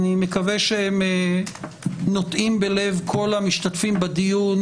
אני מקווה שהם נוטעים בלב כל המשתתפים בדיון